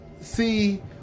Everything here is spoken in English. see